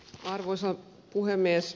arvoisa puhemies